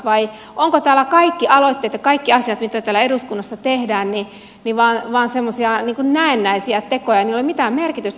vai ovatko kaikki aloitteet ja kaikki asiat mitä täällä eduskunnassa tehdään vain semmoisia näennäisiä tekoja joilla ei ole mitään merkitystä